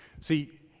See